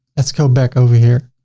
let's go back over here,